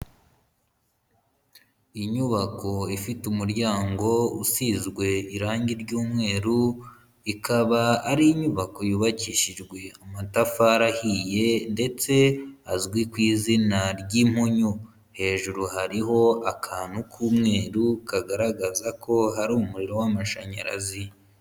Inyubako ifite umuryango usizwe irangi ry'umweru, ikaba ari inyubako yubakishijwe amatafari ahiye ndetse azwi ku izina ry'impunyu, hejuru hariho akantu k'umweru kagaragaza ko hari umuriro w'amashanyarazi.